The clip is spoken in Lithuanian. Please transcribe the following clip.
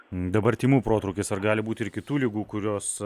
dabar tymų protrūkis ar gali būti ir kitų ligų kurios